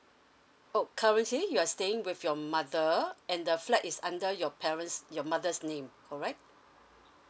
oh currently you are staying with your mother and the flat is under your parents your mother's name alright